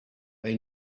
they